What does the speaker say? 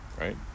right